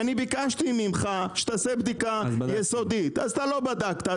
אני ביקשתי ממך שתעשה בדיקה יסודית, ואתה לא בדקת.